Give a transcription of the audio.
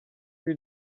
you